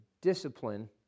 discipline